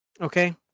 okay